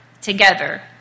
together